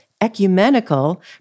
ecumenical